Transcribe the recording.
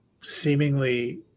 seemingly